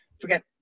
forget